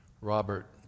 Robert